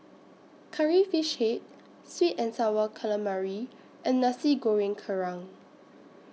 Curry Fish Head Sweet and Sour Calamari and Nasi Goreng Kerang